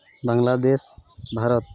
Bangladesh Bharat